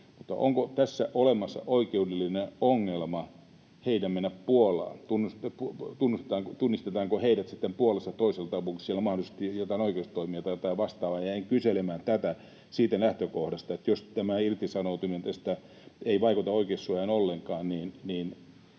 onko olemassa oikeudellinen ongelma heidän menemisessään Puolaan — tunnistetaanko heidät sitten Puolassa toisella tavalla, onko siellä mahdollisesti joitain oikeustoimia tai jotain vastaavaa? Jäin kyselemään tätä siitä lähtökohdasta, että jos tämä irtisanoutuminen tästä ei vaikuta oikeussuojaan ollenkaan,